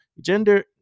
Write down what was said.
gender